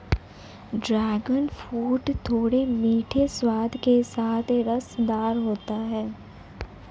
dragon fruit थोड़े मीठे स्वाद के साथ रसदार होता है